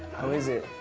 how is it?